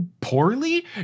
poorly